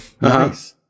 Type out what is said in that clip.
Nice